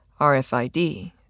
RFID